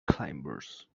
climbers